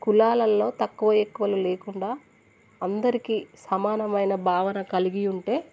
కులాలలో తక్కువ ఎక్కువలు లేకుండా అందరికి సమానమైన భావన కలిగి ఉంటే